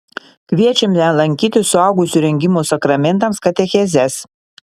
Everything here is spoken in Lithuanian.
kviečiame lankyti suaugusiųjų rengimo sakramentams katechezes